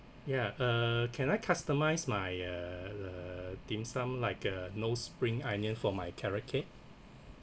ya uh can I customise my uh uh dim sum like uh no spring onions for my carrot cake